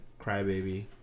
Crybaby